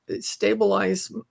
stabilize